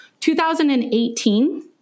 2018